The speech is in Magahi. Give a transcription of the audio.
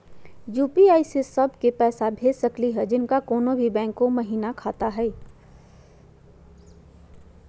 यू.पी.आई स उ सब क पैसा भेज सकली हई जिनका कोनो भी बैंको महिना खाता हई?